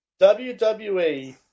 WWE